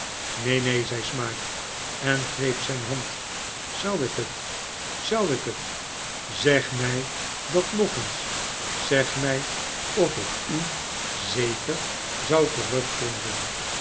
neen neen zei smike en greep zijn hand zou ik het zou ik het zeg mij dat nog eens zeg mij of ik u z e k e r zou terugvinden